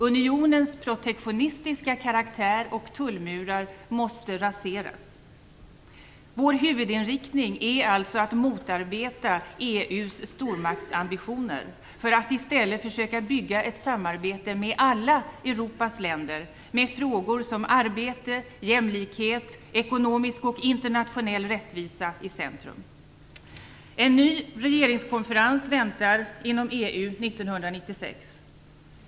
Unionens protektionistiska karaktär och tullmurar måste raseras. Vår huvudinriktning är att motarbeta EU:s stormaktsambitioner för att i stället försöka bygga upp ett samarbete med alla Europas länder, med frågor som arbete, jämlikhet, ekonomisk och internationell rättvisa i centrum. En ny regeringskonferens väntar inom EU år 1996.